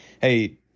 hey